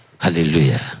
Hallelujah